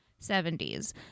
70s